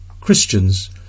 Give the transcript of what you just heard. Christians